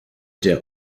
der